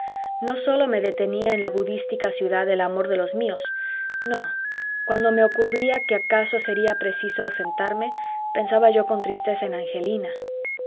no sólo me detenía en la budística ciudad el amor de los míos no cuando me ocurría que acaso sería preciso ausentarme pensaba yo con tristeza en angelina